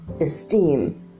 esteem